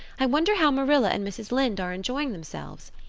i wonder how marilla and mrs. lynde are enjoying themselves.